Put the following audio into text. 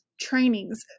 trainings